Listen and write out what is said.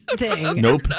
Nope